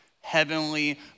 Heavenly